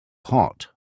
hot